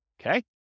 Okay